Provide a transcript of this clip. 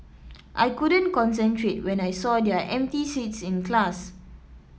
I couldn't concentrate when I saw their empty seats in class